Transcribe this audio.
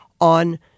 on